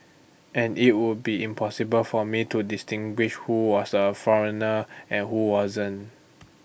and IT would be impossible for me to distinguish who was A foreigner and who wasn't